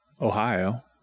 ohio